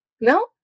No